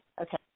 okay